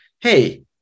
hey